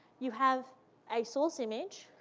you have a source image.